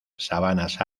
sabanas